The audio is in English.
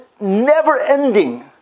never-ending